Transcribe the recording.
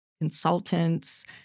consultants